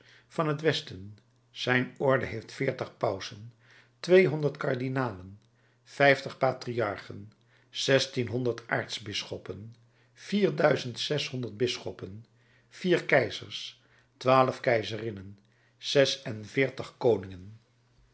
van het westen zijn orde heeft veertig pausen tweehonderd kardinalen vijftig patriarchen zestienhonderd aartsbisschoppen vier duizend zeshonderd bisschoppen vier keizers twaalf keizerinnen zes-en-veertig koningen